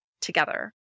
together